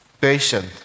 patient